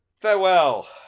Farewell